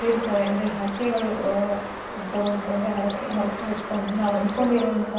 ತೀರ್ತವೆ ಅಂದರೆ ಹರಕೆಗಳು ತಗೊಂಡರೆ ಅಂದರೆ ಹರಕೆ ಹರಕೆ ಹೊತ್ಕೊಂಡ್ರೆ ನಾವು ಅಂದ್ಕೊಂಡಿರೋಂಥ